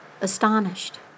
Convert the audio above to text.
astonished